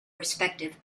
respective